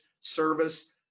service